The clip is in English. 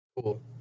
Cool